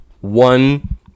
one